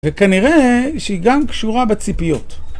וכנראה שהיא גם קשורה בציפיות